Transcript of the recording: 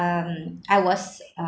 um I was uh